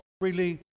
freely